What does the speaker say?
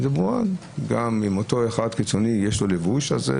אם לאותו קיצוני יש לבוש אחר,